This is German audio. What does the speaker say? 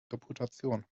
reputation